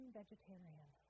vegetarian